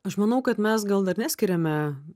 aš manau kad mes gal dar neskiriame